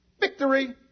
victory